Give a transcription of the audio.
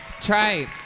try